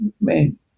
man